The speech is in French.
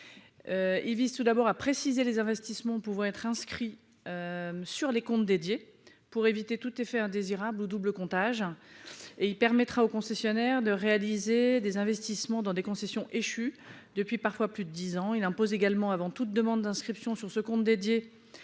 il vise tout d'abord à préciser les investissements pouvait être inscrit sur les comptes dédiés pour éviter tout effet indésirable ou double comptage et il permettra aux concessionnaires de réaliser des investissements dans des concessions échues depuis parfois plus de 10 ans, il impose également avant toute demande d'inscription sur ce compte dédié